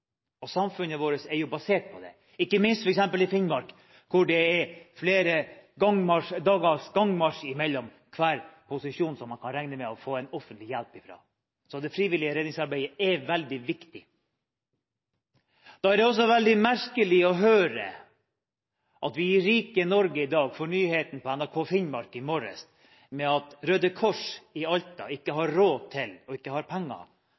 Samfunnet vårt er basert på det, ikke minst i f.eks. Finnmark, hvor det er flere dagers gangmarsj mellom hver posisjon man kan regne med å få en offentlig hjelp fra. Så det frivillige redningsarbeidet er veldig viktig. Da er det også veldig merkelig å høre at vi i rike Norge får nyheten på NRK Finnmark i morges om at Røde Kors i Alta ikke har råd til, ikke har penger